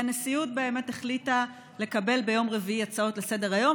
והנשיאות באמת החליטה לקבל ביום רביעי הצעות לסדר-היום,